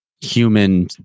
human